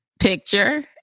picture